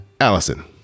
Allison